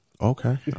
Okay